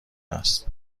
است